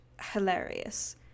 hilarious